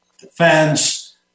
Defense